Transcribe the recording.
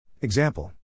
Example